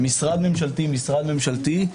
משרד מממשלתי-משרד ממשלתי,